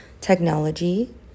Technology